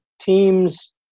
teams